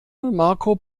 marco